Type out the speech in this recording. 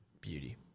Beauty